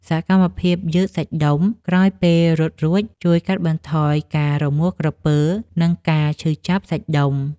សកម្មភាពយឺតសាច់ដុំ ក្រោយពេលរត់រួច ជួយកាត់បន្ថយការរមួលក្រពើ និងការឈឺចាប់សាច់ដុំ។